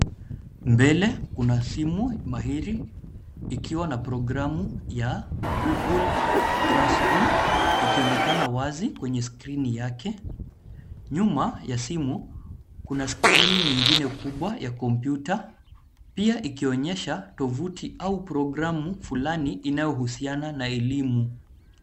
Mbele kuna simu mahiri ikiwa na programu ya Google Classroom ikionekana wazi kwenye skrini yake. Nyuma ya simu kuna skrini nyingine kubwa ya kompyuta pia ikionyesha tovuti au programu fulani inayohusiana na elimu.